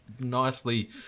nicely